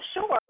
sure